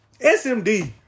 SMD